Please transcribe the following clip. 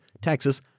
Texas